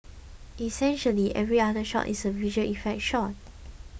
essentially every other shot is a visual effect shot